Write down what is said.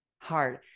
hard